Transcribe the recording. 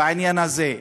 בעניין הזה.